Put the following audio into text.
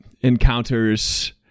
encounters